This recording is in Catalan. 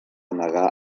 negar